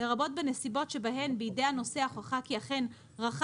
לרבות בנסיבות שבהן בידי הנוסע הוכחה כי אכן רכש